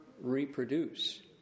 reproduce